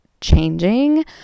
changing